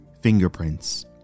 fingerprints